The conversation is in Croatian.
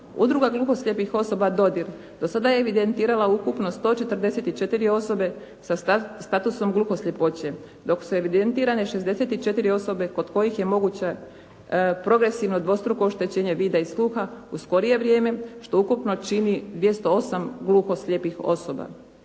Udruga gluhoslijepih osoba Dodir do sada je evidentirala ukupno 144 osobe sa statusom gluhosljepoće dok su evidentirane 64 osobe kod kojih je moguće progresivno dvostruko oštećenje vida i sluha u skorije vrijeme što ukupno čini 208 gluhoslijepih osoba.